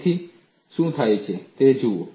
તેથી શું થાય છે તે જુઓ